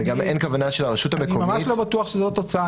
וגם אין כוונה של הרשות המקומית --- אני ממש לא בטוח שזו התוצאה.